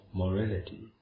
morality